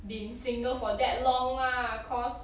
been single for that long lah cause